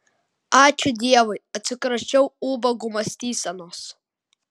ačiū dievui atsikračiau ubagų mąstysenos